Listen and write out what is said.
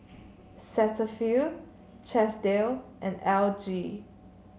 Cetaphil Chesdale and L G